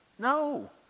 no